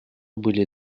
были